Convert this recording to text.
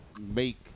make